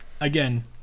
again